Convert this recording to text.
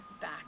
back